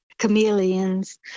chameleons